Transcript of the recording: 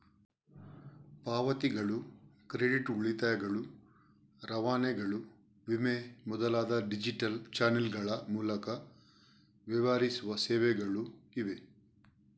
ಪಾವತಿಗಳು, ಕ್ರೆಡಿಟ್, ಉಳಿತಾಯಗಳು, ರವಾನೆಗಳು, ವಿಮೆ ಮೊದಲಾದ ಡಿಜಿಟಲ್ ಚಾನಲ್ಗಳ ಮೂಲಕ ವ್ಯವಹರಿಸುವ ಸೇವೆಗಳು ಇವೆ